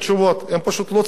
הם פשוט לא צריכים את זה.